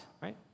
right